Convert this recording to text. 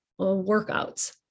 workouts